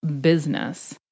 business